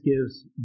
gives